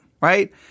right